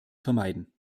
vermeiden